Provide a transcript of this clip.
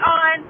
on